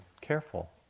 careful